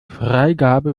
freigabe